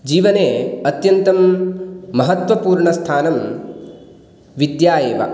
जीवने अत्यन्तं महत्वपूर्णस्थानं विद्या एव